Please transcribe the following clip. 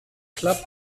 club